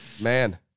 man